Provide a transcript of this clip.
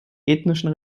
ethnischen